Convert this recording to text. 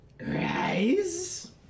Rise